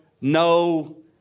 no